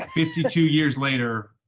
fifty two years later,